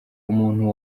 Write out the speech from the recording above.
umuntu